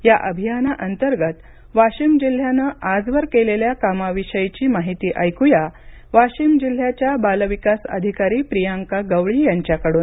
या अभियानाअंतर्गत वाशीम जिल्ह्यानं आजवर केलेल्या कामाविषयीची माहिती ऐकूया वाशीम जिल्ह्याच्या बालविकास अधिकारी प्रियंका गवळी यांच्याकडून